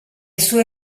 sue